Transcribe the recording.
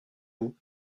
vous